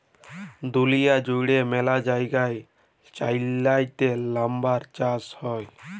দুঁলিয়া জুইড়ে ম্যালা জায়গায় চাইলাতে লাম্বার চাষ হ্যয়